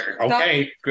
Okay